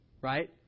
right